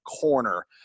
corner